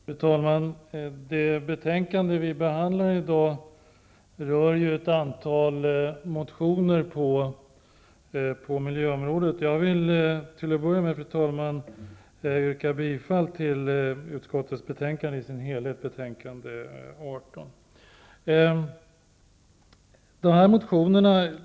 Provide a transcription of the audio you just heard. Fru talman! Jag vill till att börja med yrka bifall til utskottets hemställan i betänkande JoU18 i dess helhet. Det betänkande som vi idag behandlar rör ett antal motioner på miljöområdet.